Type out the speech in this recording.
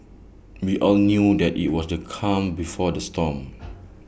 we all knew that IT was the calm before the storm